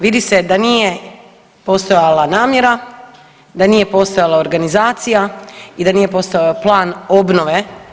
Vidi se da nije postojala namjera, da nije postojala organizacija i da nije postojao plan obnove.